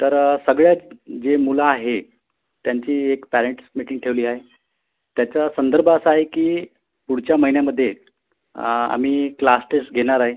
तर सगळ्याच जे मुलं आहे त्यांची एक पॅरेंट्स मिटींग ठेवली आहे त्याचा संदर्भ असा आहे की पुढच्या महिन्यामध्ये आम्ही क्लास टेस्ट घेणार आहे